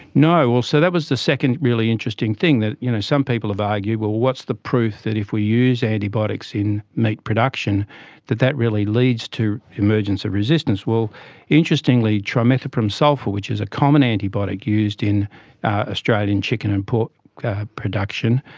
no, well so that was the second really interesting thing, that you know some people have argued well what's the proof that if we use antibiotics in meat production that that really leads to emergence of resistance. well interestingly trimethoprim sulfa, which is a common antibiotic used in australian chicken and pork production,